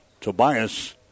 Tobias